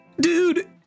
Dude